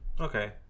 Okay